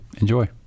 Enjoy